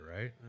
right